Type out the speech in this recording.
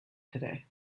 today